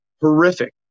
horrific